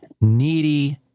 needy